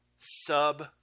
sub